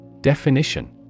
Definition